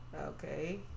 Okay